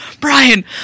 Brian